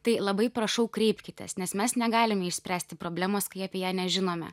tai labai prašau kreipkitės nes mes negalime išspręsti problemos kai apie ją nežinome